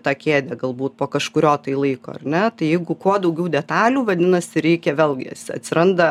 tą kėdę galbūt po kažkurio tai laiko ar ne tai jeigu kuo daugiau detalių vadinasi reikia vėlgi atsiranda